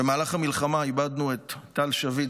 במהלך המלחמה איבדנו את טל שביט,